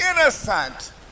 innocent